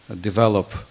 develop